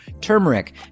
turmeric